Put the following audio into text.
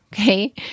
okay